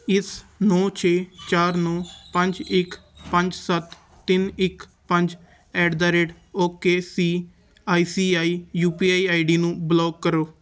ਇਸ ਨੌਂ ਛੇ ਚਾਰ ਨੌਂ ਪੰਜ ਇੱਕ ਪੰਜ ਸੱਤ ਤਿੰਨ ਇੱਕ ਪੰਜ at the rate okay C I C I U P I I D ਨੂੰ ਬਲਾਕ ਕਰੋ